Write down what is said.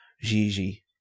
Gigi